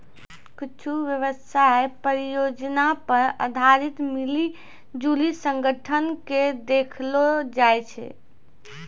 कुच्छु व्यवसाय परियोजना पर आधारित मिली जुली संगठन के देखैलो जाय छै